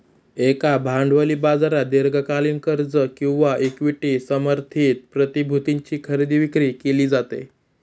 एका भांडवली बाजारात दीर्घकालीन कर्ज किंवा इक्विटी समर्थित प्रतिभूतींची खरेदी विक्री केली जाते